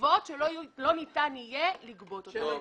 חובות שלא ניתן יהיה לגבות אותם.